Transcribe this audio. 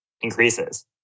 increases